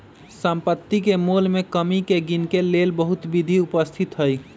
सम्पति के मोल में कमी के गिनेके लेल बहुते विधि उपस्थित हई